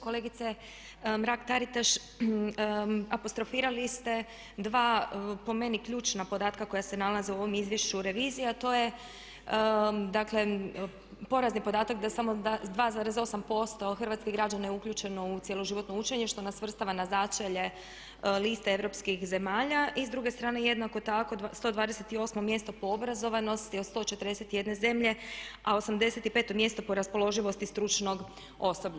Kolegice Mrak-Taritaš, apostrofirali ste dva po meni ključna podatka koja se nalaze u ovom izvješću revizije a to je dakle porazni podatak da samo 2,8% hrvatskih građana je uključeno u cijeloživotno učenje što nas svrstava na začelje liste europskih zemalja i s druge strane jednako tako 128 mjesto po obrazovanosti od 141 zemlje, a 85 mjesto po raspoloživosti stručnog osoblja.